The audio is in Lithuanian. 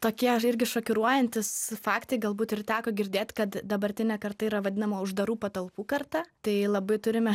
tokie irgi šokiruojantys faktai galbūt ir teko girdėt kad dabartinė karta yra vadinama uždarų patalpų karta tai labai turime